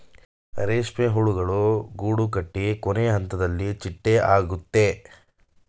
ರೇಷ್ಮೆ ಹುಳುಗಳು ಗೂಡುಕಟ್ಟಿ ಕೊನೆಹಂತದಲ್ಲಿ ಚಿಟ್ಟೆ ಆಗುತ್ತೆ